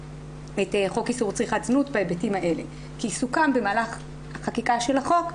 חוק איסור צריכת זנות בהיבטים האלה כי עיסוקם במהלך חקיקה של החוק,